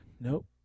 Nope